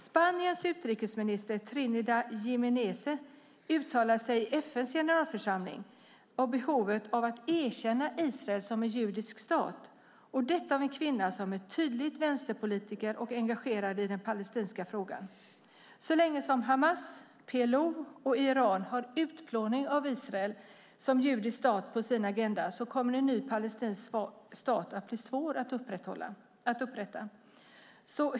Spaniens utrikeminister Trinidad Jiménez har uttalat sig i FN:s generalförsamling om behovet av att erkänna Israel som en judisk stat - detta av en kvinna som är tydlig vänsterpolitiker och engagerad i den palestinska frågan. Så länge som Hamas, PLO och Iran har utplåning av Israel som judisk stat på sin agenda kommer en ny palestinsk stat att bli svår att upprätta.